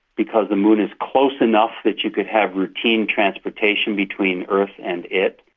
because the moon is close enough that you could have routine transportation between earth and it,